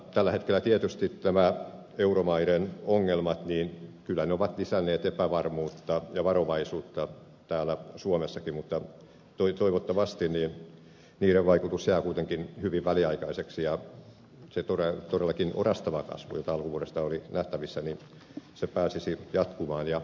tällä hetkellä tietysti nämä euromaiden ongelmat ovat kyllä lisänneet epävarmuutta ja varovaisuutta täällä suomessakin mutta toivottavasti niiden vaikutus jää kuitenkin hyvin väliaikaiseksi ja se todellakin orastava kasvu jota alkuvuodesta oli nähtävissä pääsisi jatkumaan ja voimistumaan